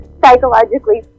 psychologically